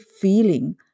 feeling